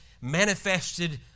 manifested